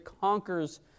conquers